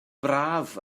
braf